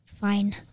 Fine